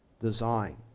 design